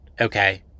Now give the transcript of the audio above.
Okay